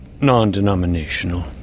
non-denominational